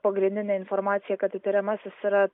pagrindinė informacija kad įtariamasis yra